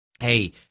hey